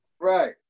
Right